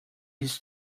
his